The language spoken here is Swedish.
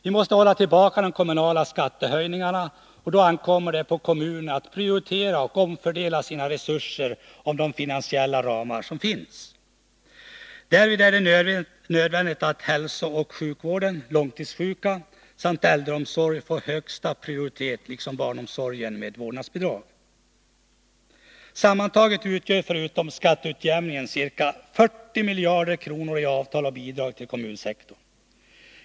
Vi måste hålla tillbaka de kommunala skattehöjningarna, och då ankommer det på kommunerna att prioritera och omfördela sina resurser inom de finansiella ramar som finns. Därvid är det nödvändigt att hälsooch sjukvården, långtidsvården och äldreomsorgen får högsta prioritet Sammanlagt utgår, förutom skatteutjämningen, ca 40 miljarder i bidrag till kommunsektorn.